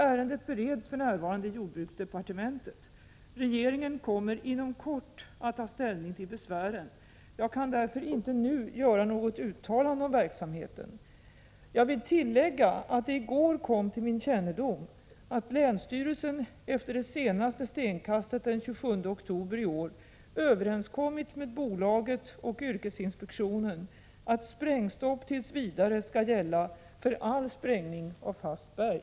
Ärendet bereds för närvarande i jordbruksdepartementet. Regeringen kommer inom kort att ta ställning till besvären. Jag kan därför inte nu göra något uttalande om verksamheten. Jag vill tillägga att det i går kom till min kännedom att länsstyrelsen — efter det senaste stenkastet den 27 oktober i år — överenskommit med bolaget och yrkesinspektionen att sprängstopp tills vidare skall gälla för all sprängning av fast berg.